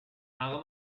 haare